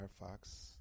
Firefox